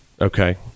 Okay